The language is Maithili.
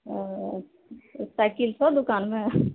आ साइकिल छौ दोकानमे